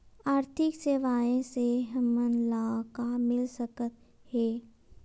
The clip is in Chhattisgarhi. आर्थिक सेवाएं से हमन ला का मिल सकत हे?